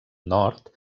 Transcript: nord